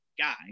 guy